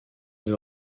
veux